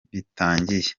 bitangiye